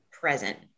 present